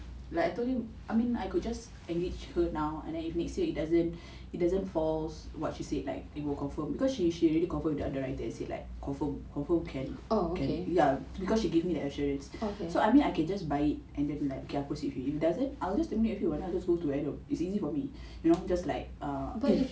like I told him I mean I could just engage her now and then if next year it doesn't falls what she says like it will confirm because she she already confirm with the underwriting say like confirm confirm can can ya because she gave me the assurance so I mean I can just buy it and then like aku if doesn't then I will just terminate and just go to adam it's easy for me you know just like um